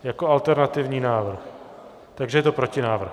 Jako alternativní návrh, takže je to protinávrh.